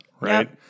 right